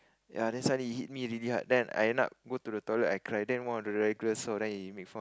ya that's why it hit me really hard then I end up go to the toilet I cry then one of the regular saw then he make